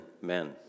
men